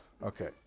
Okay